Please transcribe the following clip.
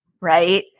right